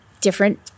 different